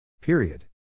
Period